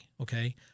okay